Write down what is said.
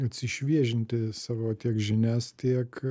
atsišviežinti savo tiek žinias tiek